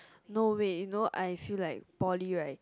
no way no I feel like poly right